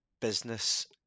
business